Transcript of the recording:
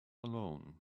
alone